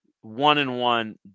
One-and-one